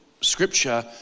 scripture